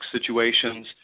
situations